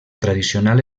tradicional